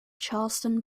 charlestown